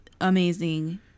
Amazing